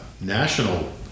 national